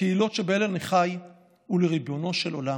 לקהילות שבהן אני חי ולריבונו של עולם,